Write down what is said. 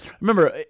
remember